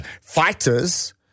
Fighters